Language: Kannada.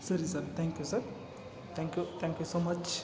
ಸರಿ sir thank you sir thank you thank you so much